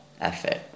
effort